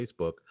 Facebook